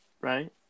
Right